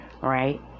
right